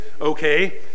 okay